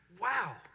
wow